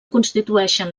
constitueixen